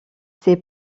ses